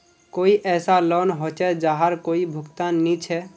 कोई ऐसा लोन होचे जहार कोई भुगतान नी छे?